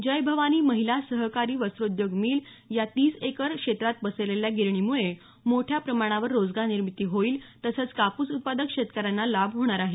जय भवानी महिला सहकारी वस्त्रोद्योग मिल या तीस एकर क्षेत्रात पसरलेल्या गिरणीमुळे मोठ्या प्रमाणावर रोजगार निर्मिती होईल तसंच कापूस उत्पादक शेतकऱ्यांना लाभ होणार आहे